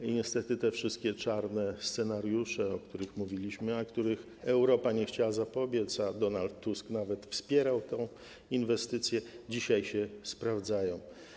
I niestety te wszystkie czarne scenariusze, o których mówiliśmy, a którym Europa nie chciała zapobiec, a Donald Tusk nawet wspierał tę inwestycję, dzisiaj się sprawdzają.